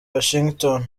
washington